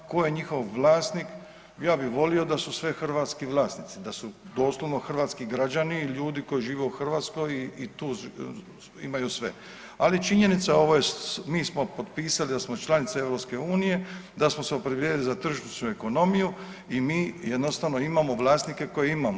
Tko je njihov vlasnik, ja bi volio da su sve hrvatski vlasnici, da su doslovno hrvatski građani i ljudi koji žive u Hrvatskoj i tu imaju sve, ali činjenica ovo je mi smo potpisali da smo članica EU, da smo se opredijelili za tržišnu ekonomiju i mi jednostavno imamo vlasnike koje imamo.